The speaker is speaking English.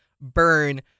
burn